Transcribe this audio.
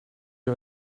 you